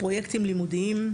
פרויקטים לימודיים,